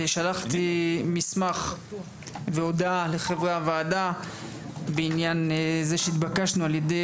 שלחתי מסמך והודעה לחברי הוועדה בעניין זה שהתבקשנו על ידי